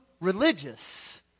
religious